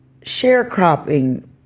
Sharecropping